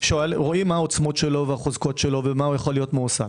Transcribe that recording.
רואים מה העוצמות שלו והחוזקות שלו ומה יכול להיות מועסק.